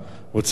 רוצים לעשות.